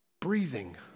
breathing